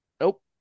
Nope